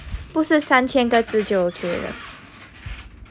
不是三千个字就 okay liao